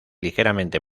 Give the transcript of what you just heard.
ligeramente